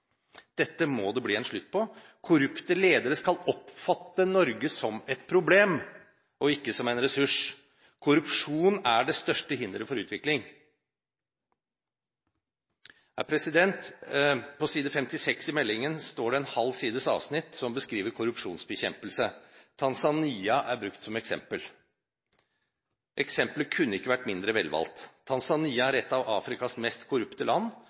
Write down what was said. Dette må det bli en slutt på. Korrupte ledere skal oppfatte Norge som et problem, ikke som en ressurs. Korrupsjon er det største hinderet for utvikling. På side 56 i meldingen står det en halv sides avsnitt som beskriver korrupsjonsbekjempelse. Tanzania er brukt som eksempel. Eksempelet kunne ikke vært mindre velvalgt. Tanzania er et av Afrikas mest korrupte land,